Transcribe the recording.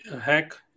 hack